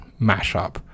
mashup